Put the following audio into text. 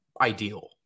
ideal